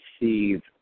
receive